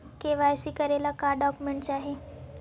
KYC करे ला का का डॉक्यूमेंट चाही?